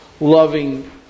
loving